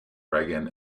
reagan